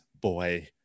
boy